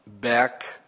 back